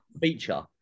feature